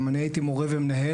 גם אני הייתי מורה ומנהל.